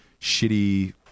shitty